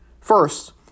First